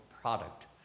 product